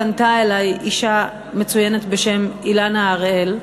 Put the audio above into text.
פנתה אלי אישה מצוינת בשם אילנה הראל,